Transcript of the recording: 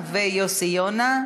אין נמנעים.